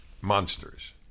monsters